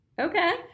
okay